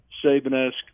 Saban-esque